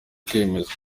kwemezwa